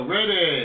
Ready